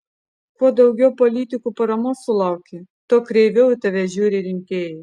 kuo daugiau politikų paramos sulauki tuo kreiviau į tave žiūri rinkėjai